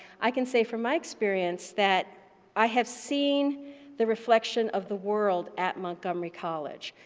i can say from my experience that i have seen the reflection of the world at montgomery college.